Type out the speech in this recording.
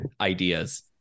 ideas